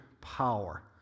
power